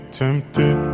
tempted